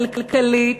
כלכלית,